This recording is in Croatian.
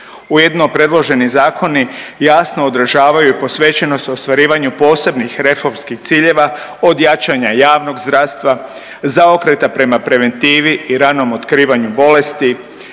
Ujedno predloženi zakoni jasno odražavaju posvećenost ostvarivanju posebnih reformskih ciljeva od jačanja javnog zdravstva, zaokreta prema preventivi i ranom otkrivanju bolesti,